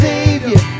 Savior